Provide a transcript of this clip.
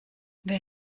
wer